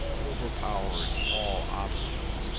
overpowers all obstacles,